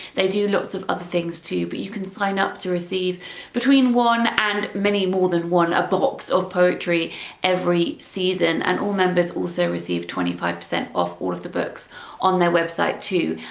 they do lots of other things too but you can sign up to receive between one and many more than one a box! of poetry books every season and all members also receive twenty five percent off all of the books on their website, too.